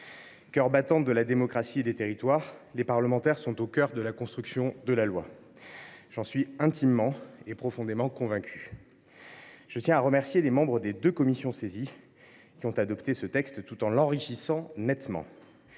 cœur battant de la démocratie et des territoires. Ils sont au centre de la construction de la loi. J’en suis intimement et profondément convaincu. Je tiens à remercier les membres des deux commissions saisies, qui ont adopté ce texte tout en l’enrichissant nettement.